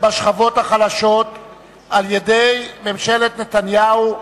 בשכבות החלשות על-ידי ממשלת נתניהו.